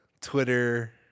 Twitter